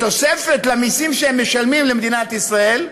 בתוספת למיסים שהם משלמים למדינת ישראל,